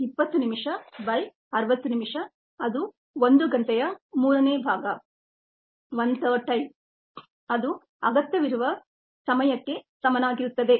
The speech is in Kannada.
20 ನಿಮಿಷ ಬೈ 60 ನಿಮಿಷ ಅದು ಒಂದು ಗಂಟೆಯ ಮೂರನೇ ಭಾಗ 1 ಥರ್ಡ್ ಟೈಮ್ ಅದು ಅಗತ್ಯವಿರುವ ಸಮಯಕ್ಕೆ ಸಮನಾಗಿರುತ್ತದೆ